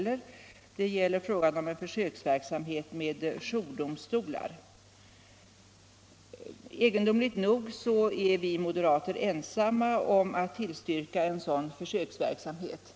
Den gäller en försöksverksamhet med jourdomstolar. Egendomligt nog är vi moderater ensamma om att tillstyrka en sådan försöksverksamhet.